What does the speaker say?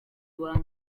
rwanda